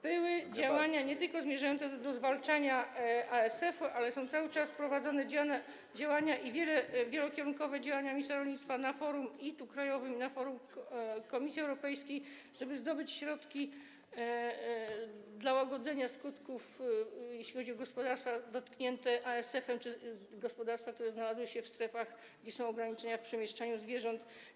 Były działania nie tylko zmierzające do zwalczania ASF-u, ale są cały czas prowadzone wielokierunkowe działania ministra rolnictwa i na forum krajowym, i na forum Komisji Europejskiej, żeby zdobyć środki na łagodzenie skutków, jeśli chodzi o gospodarstwa dotknięte ASF-em czy gospodarstwa, które znalazły się w strefach, gdzie są ograniczenia w przemieszczaniu zwierząt.